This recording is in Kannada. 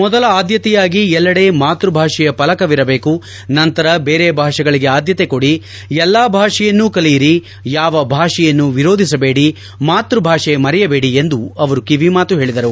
ಮೊದಲ ಆದ್ಯತೆಯಾಗಿ ಎಲ್ಲೆಡೆ ಮಾತ್ಸ ಭಾಷೆಯ ಫಲಕ ಇರಬೇಕು ನಂತರ ಬೇರೆ ಭಾಷೆಗಳಿಗೆ ಆದ್ಯತೆ ಕೊಡಿ ಎಲ್ಲಾ ಭಾಷೆಯನ್ನೂ ಕಲಿಯಿರಿ ಯಾವ ಭಾಷೆಯನ್ನೂ ವಿರೋಧಿಸಬೇಡಿ ಮಾತ್ವ ಭಾಷೆ ಮರೆಯಬೇಡಿ ಎಂದು ಅವರು ಕಿವಿಮಾತು ಹೇಳಿದರು